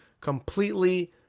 completely